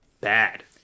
bad